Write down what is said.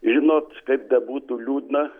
žinot kaip bebūtų liūdna